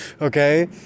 okay